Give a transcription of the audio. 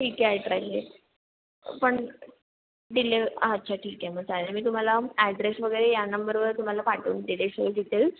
ठीक आहे अठराशे पण डिले अच्छा ठीक आहे मग चालेल मी तुम्हाला ॲड्रेस वगैरे या नंबरवर तुम्हाला पाठवून देते सगळे डिटेल्स